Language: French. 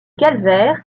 calvaire